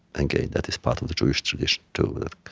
again, that is part of the jewish tradition, too.